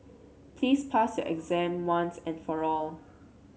please pass your exam once and for all